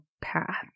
path